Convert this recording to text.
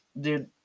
Dude